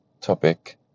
topic